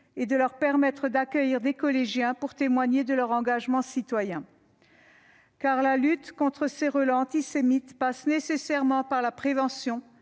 est de leur permettre d'accueillir des collégiens pour témoigner de leur engagement citoyen. Car la lutte contre ces relents antisémites passe nécessairement par la prévention,